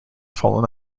fallen